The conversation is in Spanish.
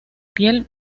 piel